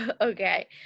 Okay